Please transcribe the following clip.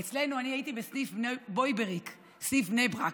אצלנו, אני הייתי בסניף בויבריק, סניף בני ברק.